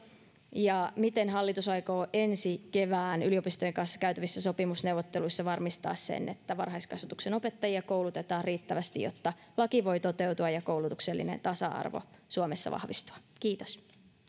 ja miten hallitus aikoo ensi keväällä yliopistojen kanssa käytävissä sopimusneuvotteluissa varmistaa sen että varhaiskasvatuksen opettajia koulutetaan riittävästi jotta laki voi toteutua ja koulutuksellinen tasa arvo suomessa vahvistua kiitos